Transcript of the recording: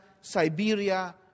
Siberia